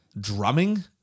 Drumming